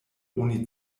oni